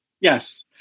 Yes